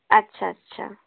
আচ্ছা আচ্ছা